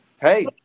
hey